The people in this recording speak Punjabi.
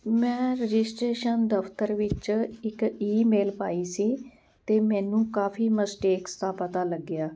ਮੈਂ ਰਜਿਸਟਰੇਸ਼ਨ ਦਫਤਰ ਵਿੱਚ ਇੱਕ ਈਮੇਲ ਪਾਈ ਸੀ ਅਤੇ ਮੈਨੂੰ ਕਾਫੀ ਮਸਟੇਕਸ ਦਾ ਪਤਾ ਲੱਗਿਆ